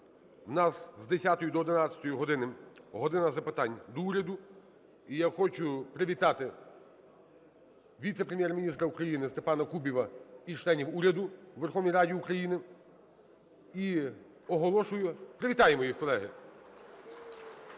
у нас з 10-ї до 11-ї години "година запитань до Уряду". І я хочу привітати віце-прем'єр-міністра України Степана Кубіва і членів уряду у Верховній Раді України. І оголошую… Привітаємо їх, колеги.